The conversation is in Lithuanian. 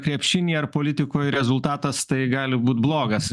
krepšinyje ar politikoj rezultatas tai gali būt blogas